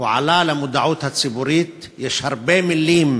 הוא עלה למודעות הציבורית יש הרבה מילים